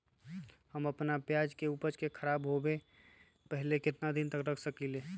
हम अपना प्याज के ऊपज के खराब होबे पहले कितना दिन तक रख सकीं ले?